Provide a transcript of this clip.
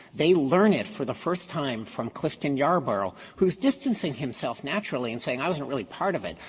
they learn it for the first time from clifton yarborough, who's distancing himself, naturally, and saying i wasn't really part of it.